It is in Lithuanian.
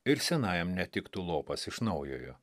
ir senajam netiktų lopas iš naujojo